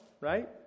right